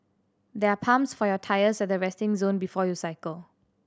there are pumps for your tyres at the resting zone before you cycle